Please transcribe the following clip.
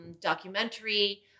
documentary